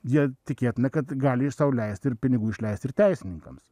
jie tikėtina kad gali sau leisti ir pinigų išleis ir teisininkams